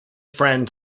friend